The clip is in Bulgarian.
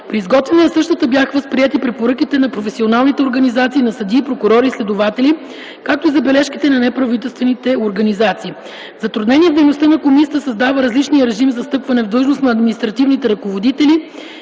При изготвянето на същата бяха възприети препоръките на професионалните организации на съдии, прокурори и следователи, както и забележките на неправителствените организации. Затруднения в дейността на комисията създава различният режим за встъпване в длъжност на административните ръководители